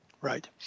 Right